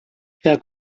herr